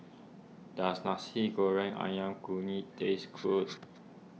does Nasi Goreng Ayam Kunyit taste good